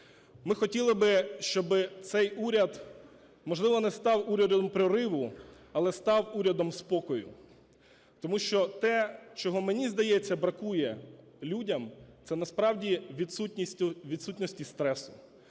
Ми хотіли би, щоби цей уряд, можливо, не став урядом прориву, але став урядом спокою. Тому що те, чого, мені здається, бракує людям, це насправді відсутності стресу.